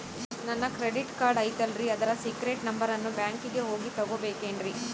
ನನ್ನ credit card ಐತಲ್ರೇ ಅದರ ಸೇಕ್ರೇಟ್ ನಂಬರನ್ನು ಬ್ಯಾಂಕಿಗೆ ಹೋಗಿ ತಗೋಬೇಕಿನ್ರಿ?